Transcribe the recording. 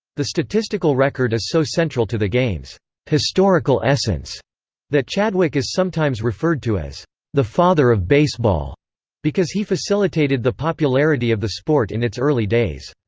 the statistical record is so central to the game's historical essence that chadwick is sometimes referred to as the father of baseball because he facilitated the popularity of the sport in its early days.